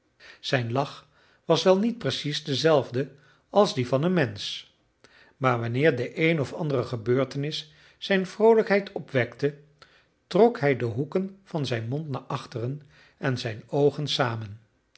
zijn lach was wel niet precies dezelfde als die van een mensch maar wanneer de een of andere gebeurtenis zijn vroolijkheid opwekte trok hij de hoeken van zijn mond naar achteren en zijn oogen samen